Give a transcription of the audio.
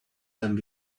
them